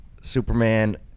Superman